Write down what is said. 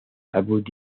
about